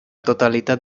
totalitat